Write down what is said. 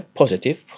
positive